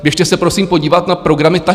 Běžte se prosím podívat na programy TAČRu!